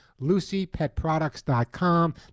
LucyPetProducts.com